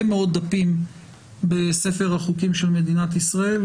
מאוד דפים בספר החוקים של מדינת ישראל.